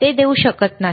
ते देऊ शकत नाही बरोबर